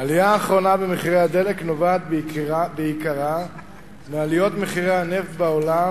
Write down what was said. העלייה האחרונה במחירי הדלק נובעת בעיקרה מעליות מחירי הנפט בעולם,